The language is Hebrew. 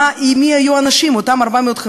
מי יהיו האנשים, אותם 450 איש,